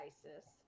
Isis